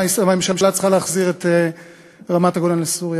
שהממשלה צריכה להחזיר את רמת-הגולן לסוריה.